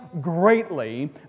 greatly